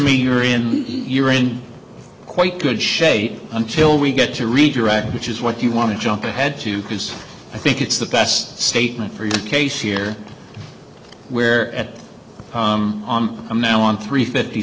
me you're in you're in quite good shape until we get to redirect which is what you want to jump ahead to because i think it's the best statement for your case here where at i'm now on three fifty